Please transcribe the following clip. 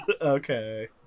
Okay